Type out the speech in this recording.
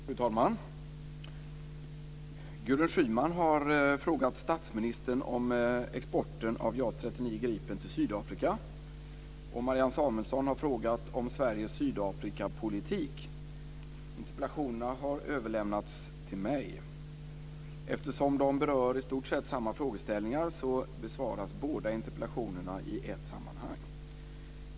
Fru talman! Gudrun Schyman har frågat statsministern om exporten av JAS 39 Gripen till Sydafrika, och Marianne Samuelsson har frågat om Sveriges Sydafrikapolitik. Interpellationerna har överlämnats till mig. Eftersom de berör i stort sett samma frågeställningar besvaras båda interpellationerna i ett sammanhang.